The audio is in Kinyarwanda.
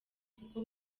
kuko